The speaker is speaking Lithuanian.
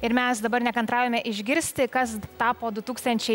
ir mes dabar nekantraujame išgirsti kas gi tapo du tūkstančiai